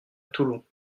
toulon